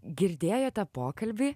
girdėjote pokalbį